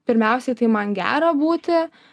pirmiausiai tai man gera būti